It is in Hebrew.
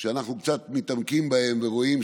שאנחנו נתקלים בהן לאורך